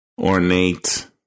ornate